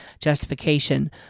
justification